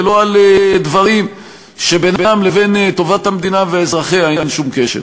ולא על דברים שבינם לבין טובת המדינה ואזרחיה אין שום קשר.